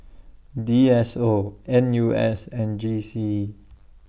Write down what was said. D S O N U S and G C E